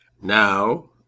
Now